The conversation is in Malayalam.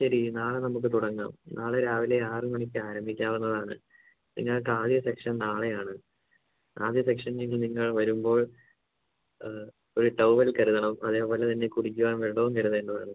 ശരി നാളെ നമുക്ക് തുടങ്ങാം നാളെ രാവിലെ ആറ് മണിക്ക് ആരംഭിക്കാവുന്നതാണ് നിങ്ങൾക്ക് ആദ്യ സെക്ഷൻ നാളെയാണ് ആദ്യ സെക്ഷൻ ഇനി നിങ്ങൾ വരുമ്പോൾ ഒരു ടവൽ കരുതണം അതേപോലെത്തന്നെ കുടിക്കുവാൻ വെള്ളവും കരുതേണ്ടതാണ്